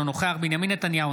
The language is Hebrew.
אינו נוכח בנימין נתניהו,